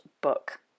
book